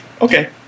Okay